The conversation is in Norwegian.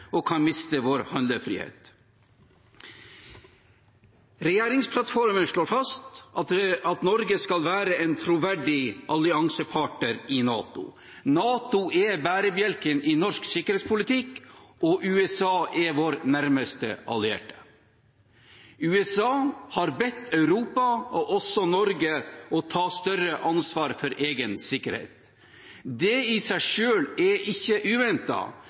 og kan miste vår handlefrihet. Regjeringsplattformen slår fast at Norge skal være en troverdig alliansepartner i NATO. NATO er bærebjelken i norsk sikkerhetspolitikk, og USA er vår nærmeste allierte. USA her bedt Europa, og også Norge, om å ta større ansvar for egen sikkerhet. Det i seg selv er ikke